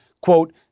quote